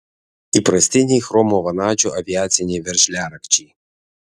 įprastiniai chromo vanadžio aviaciniai veržliarakčiai